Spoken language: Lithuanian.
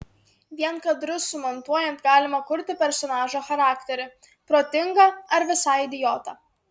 vien kadrus sumontuojant galima kurti personažo charakterį protingą ar visai idiotą